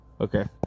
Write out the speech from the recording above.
Okay